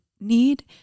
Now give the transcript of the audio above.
need